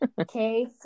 okay